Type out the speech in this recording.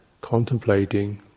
contemplating